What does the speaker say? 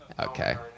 Okay